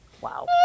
Wow